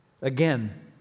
Again